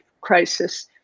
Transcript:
crisis